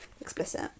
explicit